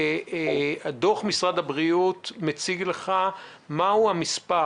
דוח משרד הבריאות מציג לך מהו המספר